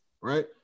right